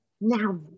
now